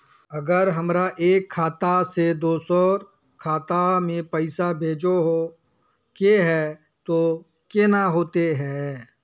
अगर हमरा एक खाता से दोसर खाता में पैसा भेजोहो के है तो केना होते है?